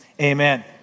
Amen